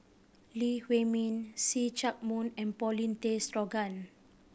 Lee Huei Min See Chak Mun and Paulin Tay Straughan